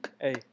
hey